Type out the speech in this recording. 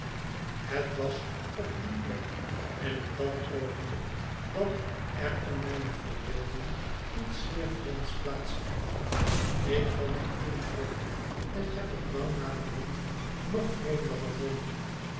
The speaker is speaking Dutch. het was op die plek en op dat oogenblik dat er in mijne verbeelding iets zeer vreemds plaats had ik vond het toen vreemd en heb het lang naderhand nog vreemder gevonden